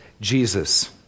Jesus